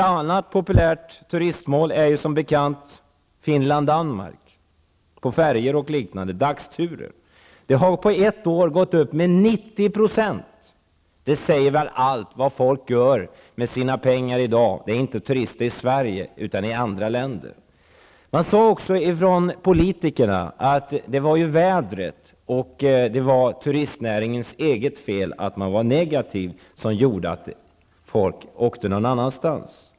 Två populära turistmål är Finland och De resorna har på ett år gått upp med 90 %. Det säger väl allt om vad folk gör med sina pengar i dag. De turistar inte i Sverige, utan i andra länder. Politikerna sade att det var vädrets fel och turistnäringens eget fel, då den var negativ, att folk åkte någon annanstans.